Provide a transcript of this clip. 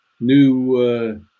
new